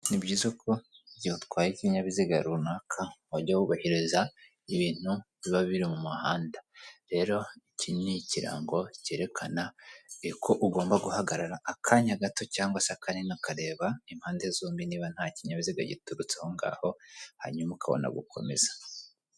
Nibyiza ko igihe utwaye ikinyabiziga runaka wajya wubahireza ibintu biba biri mu muhanda. Rero, iki ni ikirango cyerekana ko ugomba guhagarara akanya gato cyangwa se kanini, ukareba impande zombi niba nta kinyabiziga giturutse aho ngaho, hanyuma ukabona gukomeza.